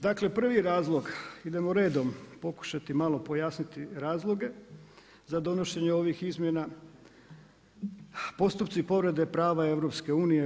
Dakle prvi razlog, idemo redom, pokušati malo pojasniti razloge za donošenje ovih izmjena, postupci povrede prava EU br.